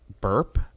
Burp